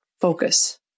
focus